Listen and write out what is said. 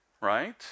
right